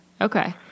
Okay